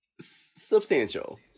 substantial